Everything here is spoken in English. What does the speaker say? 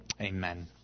Amen